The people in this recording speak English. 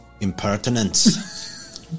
impertinence